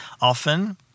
often